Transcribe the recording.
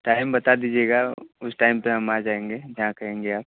time बता दीजिएगा उस टाइम पे हम आ जाएँगे जहाँ कहेंगे आप